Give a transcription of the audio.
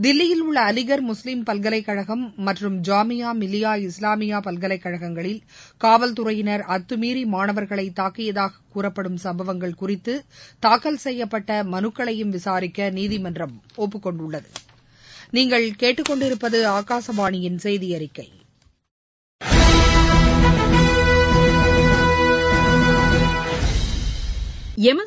தில்லியில் உள்ள அவிகர் முஸ்லீம் பல்கலைக்கழகம் மற்றும் ஜாமியா மில்லியா இஸ்லாமியா பல்கலைக்கழகங்களில் காவல்துறையினர் அத்துமீறி மாணவர்களை தாக்கியதாக கூறப்படும் சம்பவங்கள் குறித்து தாக்கல் செய்யப்பட்ட மனுக்களையும் விசாரிக்க நீதிமன்றம் ஒப்புக்கொண்டுள்ளது